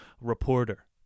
reporter